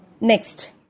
next